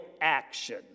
action